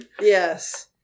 yes